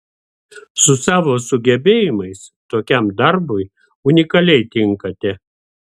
su savo sugebėjimais tokiam darbui unikaliai tinkate